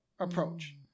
approach